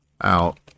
out